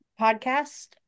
podcast